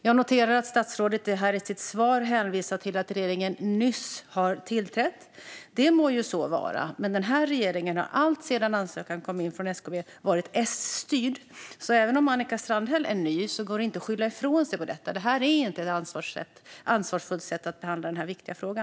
Jag noterar att statsrådet i sitt svar hänvisar till att regeringen "nyss tillträtt". Må så vara, men regeringen har alltsedan ansökan från SKB inkom varit S-styrd. Även om Annika Strandhäll är ny går det alltså inte att skylla på detta. Det här är inte ett ansvarsfullt sätt att behandla denna viktiga fråga.